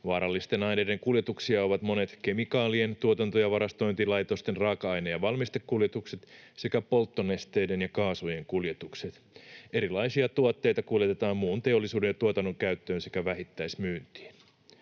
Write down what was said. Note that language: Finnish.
Vaarallisten aineiden kuljetuksia ovat monet kemikaalien tuotanto- ja varastointilaitosten raaka-aine- ja valmistekuljetukset sekä polttonesteiden ja kaasujen kuljetukset. Erilaisia tuotteita kuljetetaan muun teollisuuden ja tuotannon käyttöön sekä vähittäismyyntiin.